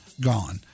gone